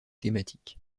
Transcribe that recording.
thématique